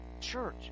church